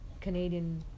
Canadian